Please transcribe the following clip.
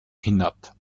hinab